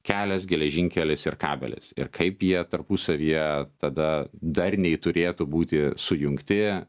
kelias geležinkelis ir kabelis ir kaip jie tarpusavyje tada darniai turėtų būti sujungti